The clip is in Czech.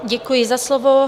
Děkuji za slovo.